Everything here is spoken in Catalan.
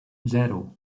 zero